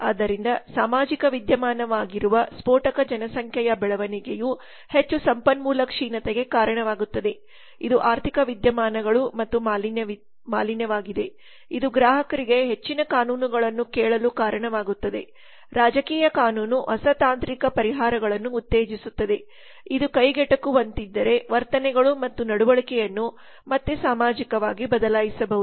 ಆದ್ದರಿಂದಸಾಮಾಜಿಕವಿದ್ಯಮಾನವಾಗಿರುವಸ್ಫೋಟಕ ಜನಸಂಖ್ಯೆಯ ಬೆಳವಣಿಗೆಯುಹೆಚ್ಚು ಸಂಪನ್ಮೂಲ ಕ್ಷೀಣತೆಗೆ ಕಾರಣವಾಗುತ್ತದೆ ಇದು ಆರ್ಥಿಕ ವಿದ್ಯಮಾನಗಳು ಮತ್ತು ಮಾಲಿನ್ಯವಾಗಿದೆ ಇದು ಗ್ರಾಹಕರಿಗೆ ಹೆಚ್ಚಿನ ಕಾನೂನುಗಳನ್ನು ಕೇಳಲು ಕಾರಣವಾಗುತ್ತದೆ ರಾಜಕೀಯ ಕಾನೂನು ಹೊಸ ತಾಂತ್ರಿಕ ಪರಿಹಾರಗಳನ್ನು ಉತ್ತೇಜಿಸುತ್ತದೆ ಇದು ಕೈಗೆಟುಕುವಂತಿದ್ದರೆ ವರ್ತನೆಗಳು ಮತ್ತು ನಡವಳಿಕೆಯನ್ನು ಮತ್ತೆ ಸಾಮಾಜಿಕವಾಗಿ ಬದಲಾಯಿಸಬಹುದು